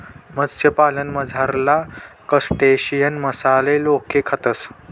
मत्स्यपालनमझारला क्रस्टेशियन मासाले लोके खातस